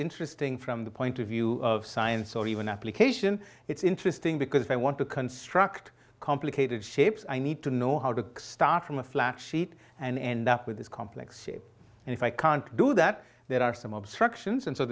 interesting from the point of view of science or even application it's interesting because i want to construct complicated shapes i need to know how to start from a flat sheet and end up with this complex shape and if i can't do that there are some obstruction